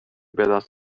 بدست